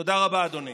תודה רבה, אדוני.